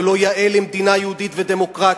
זה לא יאה למדינה יהודית ודמוקרטית.